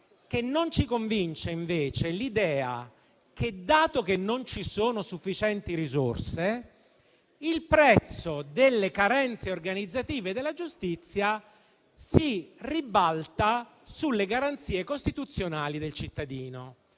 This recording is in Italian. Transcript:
Non ci convince, invece, l'idea che, dato che non ci sono sufficienti risorse, il prezzo delle carenze organizzative della giustizia si ribalti sulle garanzie costituzionali del cittadino.